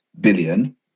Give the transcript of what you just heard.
billion